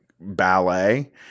ballet